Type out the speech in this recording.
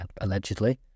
allegedly